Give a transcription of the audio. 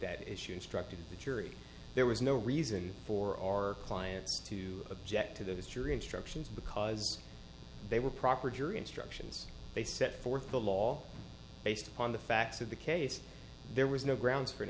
that issue instructed the jury there was no reason for our client to object to this jury instructions because they were proper jury instructions they set forth the law based upon the facts of the case there was no grounds for